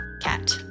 cat